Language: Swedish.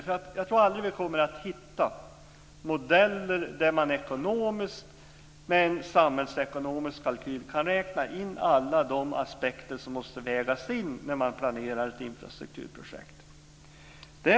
Jag tror nämligen aldrig att vi kommer att hitta modeller där man med en samhällsekonomisk kalkyl kan räkna in alla de aspekter som måste vägas in när man planerar ett infrastrukturprojekt.